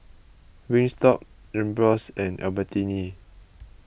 Wingstop Ambros and Albertini